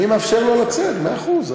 אני מאפשר לו לצאת, מאה אחוז.